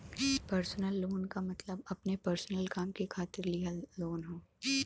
personal loan क मतलब अपने पर्सनल काम के खातिर लिहल लोन हौ